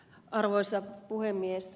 arvoisa puhemies